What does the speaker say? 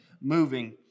moving